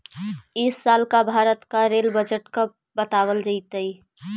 इस साल का भारत का रेल बजट कब बतावाल जतई